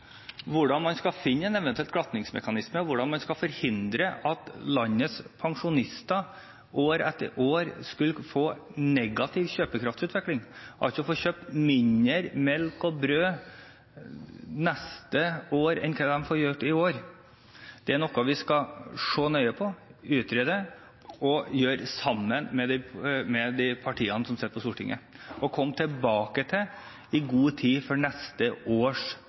hvordan man skal finne en eventuell glattingsmekanisme, hvordan man skal forhindre at landets pensjonister år etter år får negativ kjøpekraftsutvikling, altså får kjøpt mindre melk og brød neste år enn hva de får kjøpt for det samme beløpet i år: Dette er noe vi skal se nøye på – sammen med de partiene som sitter på Stortinget – utrede og komme tilbake til i god tid før neste års